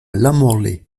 lamorlaye